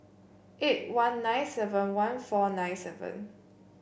eight one nine seven one four nine seven